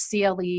CLE